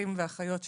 אחים ואחיות שכולים,